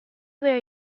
wear